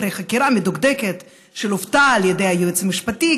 אחרי חקירה מדוקדקת שלוותה על ידי היועץ המשפטי,